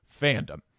fandom